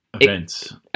events